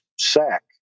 sack